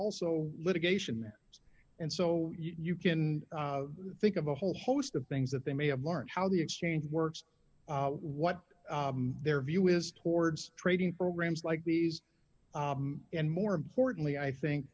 also litigation there and so you can think of a whole host of things that they may have learned how the exchange works what their view is towards trading programs like these and more importantly i think